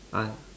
ah